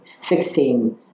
sixteen